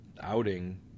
outing